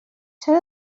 چرا